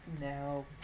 no